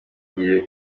rigiye